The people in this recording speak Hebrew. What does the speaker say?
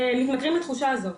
מתמכרים לתחושה הזאת.